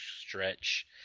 stretch